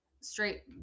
straight